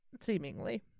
Seemingly